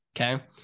okay